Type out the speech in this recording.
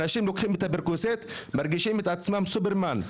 אנשים לוקחים את הפרקוסט ומרגישים שהם סופרמן.